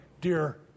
dear